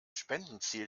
spendenziel